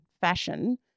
fashion